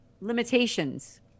limitations